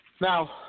Now